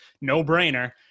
no-brainer